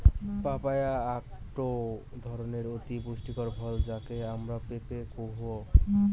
papaya আকটো ধরণের অতি পুষ্টিকর ফল যাকে আমরা পেঁপে কুহ